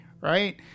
right